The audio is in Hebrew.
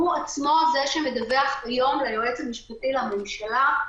הוא עצמו זה שמדווח היום ליועץ המשפטי לממשלה,